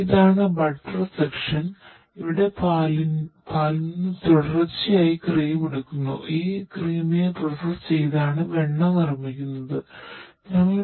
ഇതാണ് butter section ആണ്